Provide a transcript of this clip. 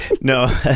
no